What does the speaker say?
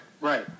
right